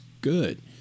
good